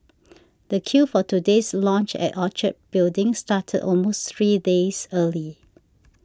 the queue for today's launch at Orchard Building started almost three days early